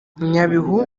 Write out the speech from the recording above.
nyabihu